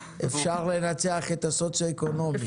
אפשר לנצח את הסוציו-אקונומי.